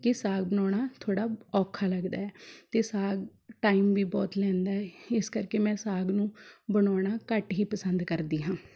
ਕਿ ਸਾਗ ਬਣਾਉਣਾ ਥੋੜ੍ਹਾ ਔਖਾ ਲੱਗਦਾ ਹੈ ਅਤੇ ਸਾਗ ਟਾਈਮ ਵੀ ਬਹੁਤ ਲੈਂਦਾ ਇਸ ਕਰਕੇ ਮੈਂ ਸਾਗ ਨੂੰ ਬਣਾਉਣਾ ਘੱਟ ਹੀ ਪਸੰਦ ਕਰਦੀ ਹਾਂ